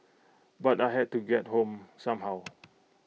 but I had to get home somehow